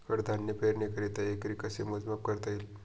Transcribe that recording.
कडधान्य पेरणीकरिता एकरी कसे मोजमाप करता येईल?